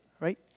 right